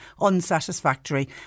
unsatisfactory